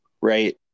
Right